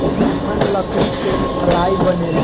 निमन लकड़ी से पालाइ बनेला